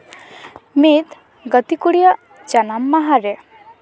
ᱢᱤᱫ ᱜᱟᱛᱮ ᱠᱩᱲᱤᱭᱟᱜ ᱡᱟᱱᱟᱢ ᱢᱟᱦᱟᱨᱮ